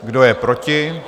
Kdo je proti?